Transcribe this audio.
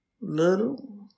Little